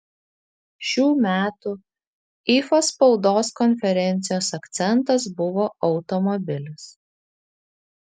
šių metų ifa spaudos konferencijos akcentas buvo automobilis